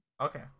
okay